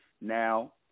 Now